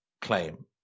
claim